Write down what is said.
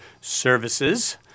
services